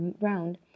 round